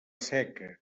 seca